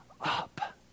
up